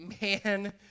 man